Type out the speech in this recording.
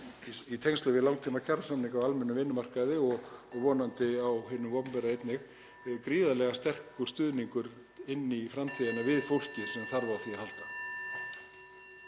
í tengslum við langtímakjarasamninga á almennum vinnumarkaði, og vonandi á hinu opinbera einnig, gríðarlega sterkur stuðningur inn í framtíðina við fólkið sem þarf á því að halda.